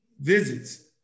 visits